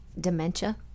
dementia